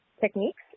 techniques